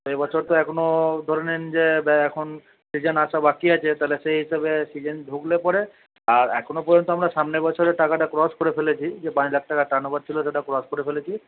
এই বছর তো এখনো ধরে নিন যে এখন সিজেন আসা বাকি আছে তাহলে সে হিসেবে সিজেন ঢুকলে পরে আর এখনো পর্যন্ত আমরা সামনে বছরের টাকাটা ক্রস করে ফেলেছি যে পাঁচ লক্ষ টাকার টার্নওভার ছিল সেটা ক্রস করে ফেলেছি